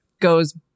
goes